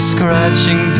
Scratching